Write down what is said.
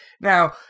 Now